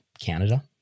Canada